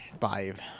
Five